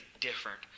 different